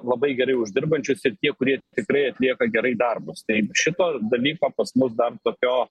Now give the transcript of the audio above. labai gerai uždirbančius ir tie kurie tikrai atlieka gerai darbus tai šito dalyko pas mus dar tokio